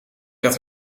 dat